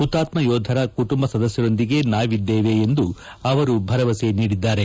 ಹುತಾತ್ನ ಯೋಧರ ಕುಟುಂಬ ಸದಸ್ಟರೊಂದಿಗೆ ನಾವಿದ್ದೀವಿ ಎಂದು ಅವರು ಭರವಸೆ ನೀಡಿದ್ದಾರೆ